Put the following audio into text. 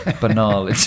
Banal